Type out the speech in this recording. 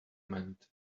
mend